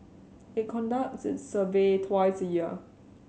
it conducts its survey twice a year